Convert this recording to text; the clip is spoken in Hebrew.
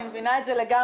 אני מבינה את זה לגמרי,